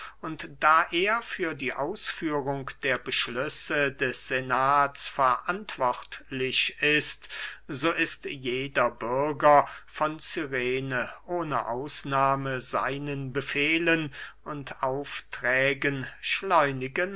da er für die ausführung der beschlüsse des senats verantwortlich ist so ist jeder bürger von cyrene ohne ausnahme seinen befehlen und aufträgen schleunigen